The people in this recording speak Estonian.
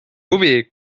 huvi